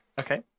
Okay